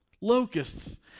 Locusts